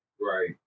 Right